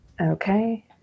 Okay